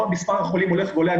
מספר החולים הולך ועולה,